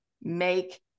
make